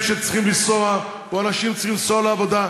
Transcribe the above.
שצריכים לנסוע או אנשים שצריכים לנסוע לעבודה.